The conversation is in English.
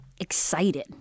excited